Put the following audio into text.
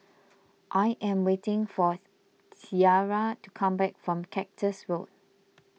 I am waiting for Ciara to come back from Cactus Road